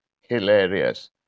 hilarious